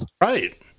Right